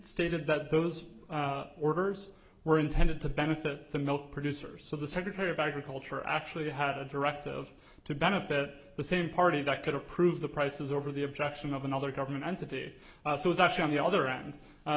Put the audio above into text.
stated that those orders were intended to benefit the milk producers so the secretary of agriculture actually had a directive to benefit the same party that could approve the prices over the objection of another government entity was actually on the other end